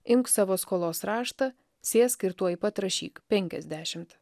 imk savo skolos raštą sėsk ir tuoj pat rašyk penkiasdešimt